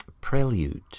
Prelude